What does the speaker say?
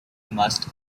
must